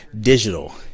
digital